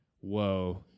whoa